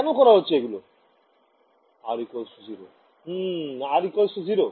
কেন করা হচ্ছে এগুলো